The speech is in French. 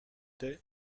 t’es